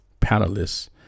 panelists